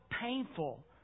painful